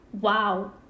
wow